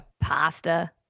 Pasta